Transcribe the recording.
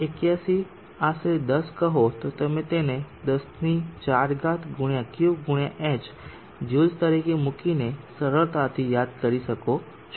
81 આશરે 10 કહો તો તમે તેને 104 × Q× h જ્યુલ્સ તરીકે મૂકીને સરળતાથી યાદ કરી શકો છો